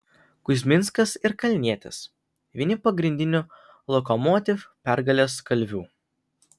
kuzminskas ir kalnietis vieni pagrindinių lokomotiv pergalės kalvių